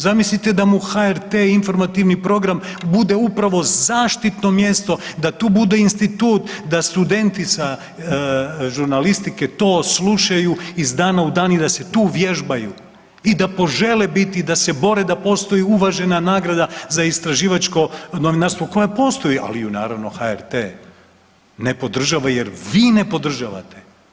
Zamislite da mu HRT-e informativni program bude upravo zaštitno mjesto da tu bude institut da studenti sa žurnalistike to slušaju iz dana u dan i da se tu vježbaju i da požele biti i da se bore da postoji uvažena nagrada za istraživačko novinarstvo koja postoji, ali ju naravno HRT-e ne podržava jer vi ne podržavate.